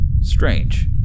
Strange